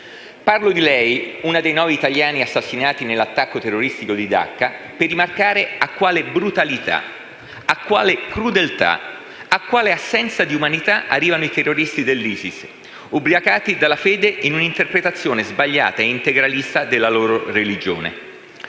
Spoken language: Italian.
Parlo di lei, una dei nove italiani assassinati nell'attacco terroristico di Dacca, per rimarcare a quale brutalità, a quale crudeltà, a quale assenza di umanità, arrivano i terroristi dell'ISIS, ubriacati dalla fede in un'interpretazione sbagliata e integralista della loro religione.